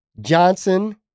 Johnson